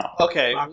Okay